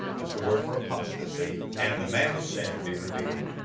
that's the word for apostasy. and the man of sin be revealed.